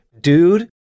dude